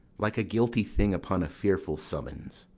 like a guilty thing upon a fearful summons.